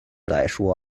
来说